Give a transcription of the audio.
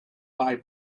buy